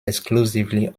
exclusively